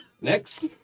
Next